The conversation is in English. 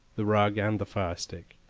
the rug, and the firestick.